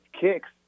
kicks